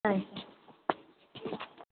അ